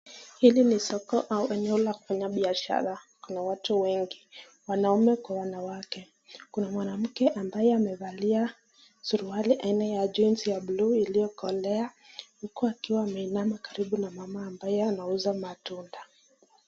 Hili ni soko au eneo la kufanya biashara, kuna watu wengi wanaume kwa wanawake. Kuna mwanamke ambaye amevalia suruali aina ya jeans ya bluu iliyokolea huku akiwa ameinama karibu na mama ambaye anauza matunda.